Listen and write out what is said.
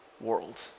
world